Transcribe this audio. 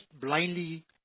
blindly